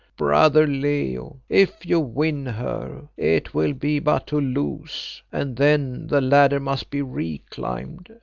brother leo, if you win her, it will be but to lose, and then the ladder must be reclimbed.